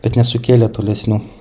bet nesukėlė tolesnių